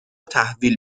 تحویل